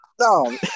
No